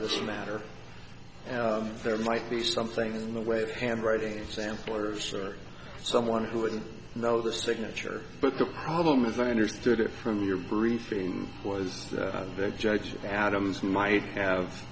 this matter there might be something in the way of handwriting samplers someone who wouldn't know the signature but the problem as i understood it from your briefing was that judge adams might have